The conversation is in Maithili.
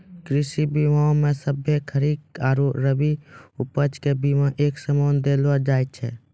कृषि बीमा मे सभ्भे खरीक आरु रवि उपज के बिमा एक समान देलो जाय छै